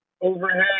overhead